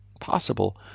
possible